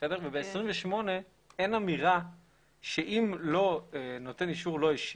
וב-28 אין אמירה שאם נותן אישור לא השיב,